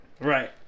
Right